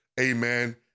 amen